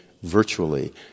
Virtually